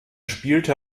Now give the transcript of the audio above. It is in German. spielte